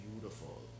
beautiful